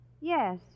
Yes